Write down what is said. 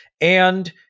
and-